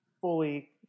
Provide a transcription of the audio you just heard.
fully